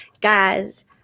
Guys